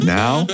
now